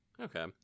Okay